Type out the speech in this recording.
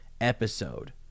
episode